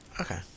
Okay